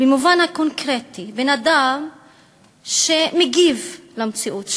במובן הקונקרטי: בן-אדם שמגיב למציאות שלו,